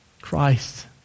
Christ